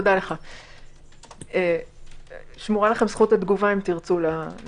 שמורה לכם זכות התגובה לטענות,